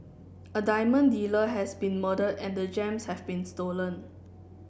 a diamond dealer has been murdered and the gems have been stolen